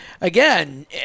again